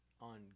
on